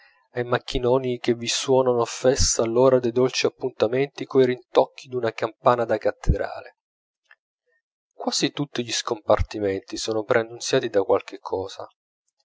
ai macchinoni che vi suonano a festa l'ora dei dolci appuntamenti coi rintocchi d'una campana da cattedrale quasi tutti gli scompartimenti sono preannunziati da qualche cosa